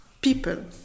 people